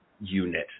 unit